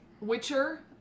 Witcher